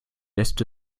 lässt